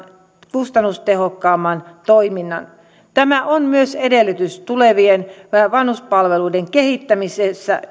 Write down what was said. kustannustehokkaamman toiminnan tämä on myös tulevien vanhuspalveluiden kehittämisen